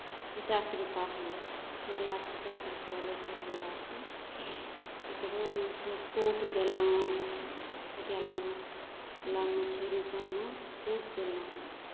पचास रुपैआ होलय पटियालाके पचास रुपैआ लै छै छोटवलाके ओकरो मे छै कूट देलहुँ पटियालामे पटियालामे छै नीचाँमे कूट देलहुँ